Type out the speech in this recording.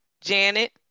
Janet